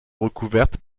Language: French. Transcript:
recouverte